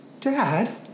dad